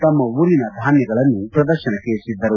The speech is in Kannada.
ತಮ್ಮ ಊರಿನ ಧಾನ್ಯಗಳನ್ನು ಪ್ರದರ್ಶನಕ್ಕೆ ಇಟ್ಟದ್ದರು